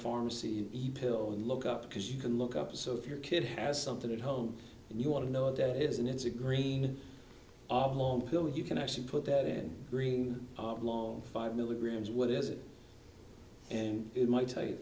pharmacy pill and look up because you can look up so if your kid has something at home and you want to know that it is and it's a green lawn pill you can actually put that in green long five milligrams what is it and it might tell you